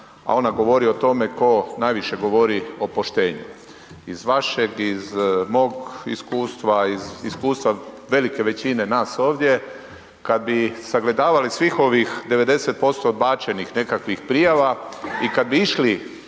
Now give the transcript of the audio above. a ona govori o tome ko najviše govori o poštenju. Iz vašeg i iz mog iskustva, iz iskustva velike većine nas ovdje, kad bi sagledavali svih ovih 90% odbačenih nekakvih prijava i kad bi išli